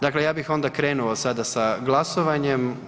Dakle, ja bih onda krenuo sada sa glasovanjem.